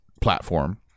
platform